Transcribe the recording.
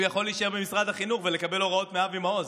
הוא יכול להישאר במשרד החינוך ולקבל הוראות מאבי מעוז.